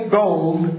gold